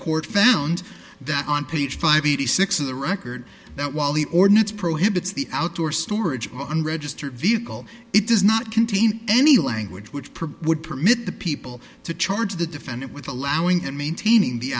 court found that on page five eighty six of the record that while the ordinance prohibits the outdoor storage of unregistered vehicle it does not contain any language which per would permit the people to charge the defendant with allowing in maintaining the